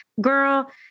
girl